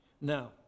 Now